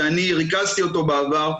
שאני ריכזתי אותו בעבר,